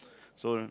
so